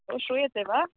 ओ श्रूयते वा